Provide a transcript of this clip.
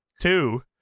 Two